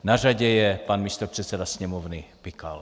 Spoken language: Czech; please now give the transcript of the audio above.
Na řadě je pan místopředseda Sněmovny Pikal.